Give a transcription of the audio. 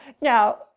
Now